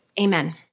Amen